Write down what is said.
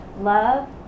Love